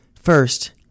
First